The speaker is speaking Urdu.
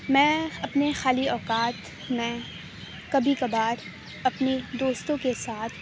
میں اپنے خالی اوقات میں کبھی کبھار اپنی دوستوں کے ساتھ